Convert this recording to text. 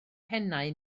pennau